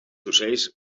ocells